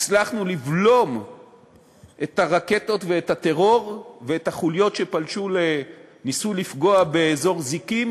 הצלחנו לבלום את הרקטות ואת הטרור ואת החוליות שניסו לפגוע באזור זיקים,